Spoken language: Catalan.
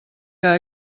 que